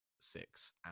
six